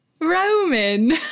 Roman